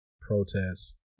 Protests